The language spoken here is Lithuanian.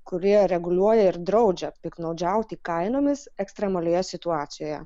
kurie reguliuoja ir draudžia piktnaudžiauti kainomis ekstremalioje situacijoje